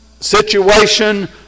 situation